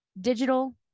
digital